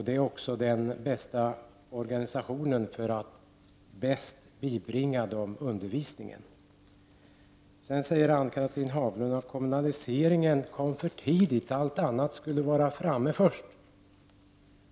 Det är också den bästa organisationen för att bibringa dem undervisningen. Sedan sade Ann-Cathrine Haglund att kommunaliseringen kom för tidigt — allt annat skulle vara framme först.